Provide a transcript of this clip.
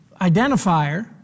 identifier